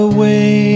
Away